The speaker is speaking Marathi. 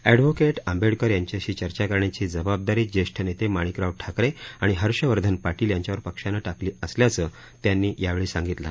एडव्होकेट आंबेडकर यांच्याशी चर्चा करण्याची जबाबदारी जेष्ठ नेते माणिकराव ठाकरे आणि हर्षवर्धन पाटील यांच्यावर पक्षानं टाकली असल्याचं त्यांनी यावेळी सांगितलं